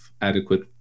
adequate